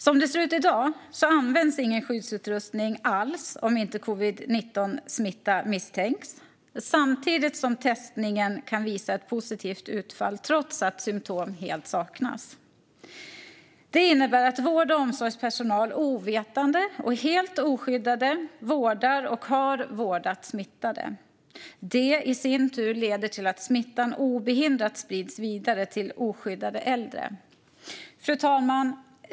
Som det ser ut i dag används ingen skyddsutrustning alls om inte covid-19-smitta misstänks, samtidigt som testning kan visa ett positivt utfall trots att symtom helt saknas. Det innebär att vård och omsorgspersonal ovetande och helt oskyddad vårdar och har vårdat smittade. Det leder i sin tur till att smittan obehindrat sprids vidare till oskyddade äldre. Fru talman!